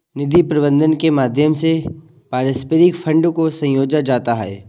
निधि प्रबन्धन के माध्यम से पारस्परिक फंड को संजोया जाता है